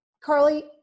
Carly